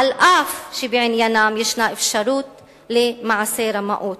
אף שבעניינם יש אפשרות למעשי רמאות.